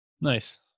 Nice